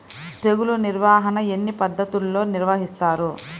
తెగులు నిర్వాహణ ఎన్ని పద్ధతుల్లో నిర్వహిస్తారు?